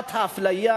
תחושת האפליה,